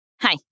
Hi